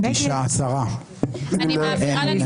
הצבעה לא אושרו.